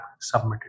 submitted